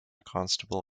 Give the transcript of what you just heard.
constable